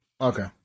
Okay